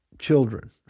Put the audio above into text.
children